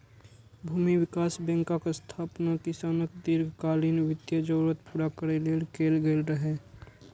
भूमि विकास बैंकक स्थापना किसानक दीर्घकालीन वित्तीय जरूरत पूरा करै लेल कैल गेल रहै